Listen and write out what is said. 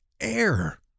air